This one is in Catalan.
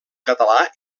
català